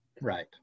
Right